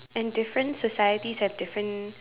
and different societies have different